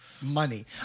money